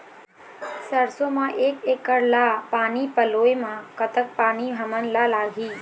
सरसों म एक एकड़ ला पानी पलोए म कतक पानी हमन ला लगही?